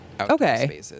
okay